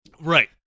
Right